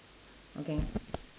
okay